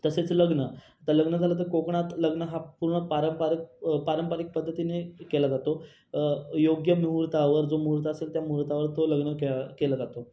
तसेच लग्न आता लग्न झालं तर कोकणात लग्न हा पूर्ण पारंपरिक पारंपरिक पद्धतीने केला जातो योग्य मुहूर्तावर जो मुहूर्त असेल त्या मुहूर्तावर तो लग्न खेलं केलं जातो